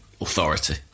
authority